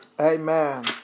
Amen